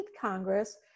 Congress